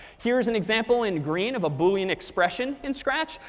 here's an example in green of a boolean expression in scratch.